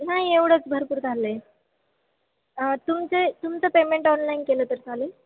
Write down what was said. नाही एवढंच भरपूर झालं आहे तुमचे तुमचं पेमेंट ऑनलाईन केलं तर चालेल